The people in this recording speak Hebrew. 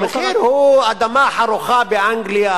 המחיר הוא אדמה חרוכה באנגליה,